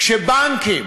כשבנקים